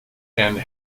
and